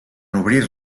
obrir